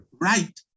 right